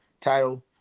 title